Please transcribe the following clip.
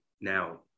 Now